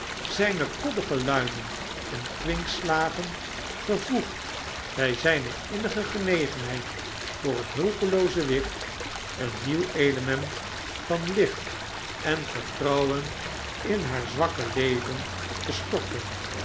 zyne koddrge luimen en kwinkslagen gevoegd by zyne innige genegenheid voor het hulpelooze wicht een nieuw element van licht en vertrouwen in haar zwakke leven te storten